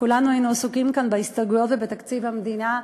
כולנו היינו עסוקים כאן בהסתייגויות ובתקציב המדינה,